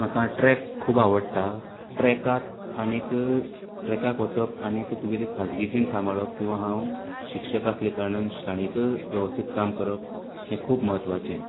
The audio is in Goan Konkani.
म्हाका ट्रेक खूब आवडटा ट्रेकाक आनीक ट्रेकाक वचप आनीक तुगेली खाजगी जीण सांबाळप किंवां हांव शिक्षक आसले कारणान शाळेंत वेवस्थीत काम करप हें खूब म्हत्वाचें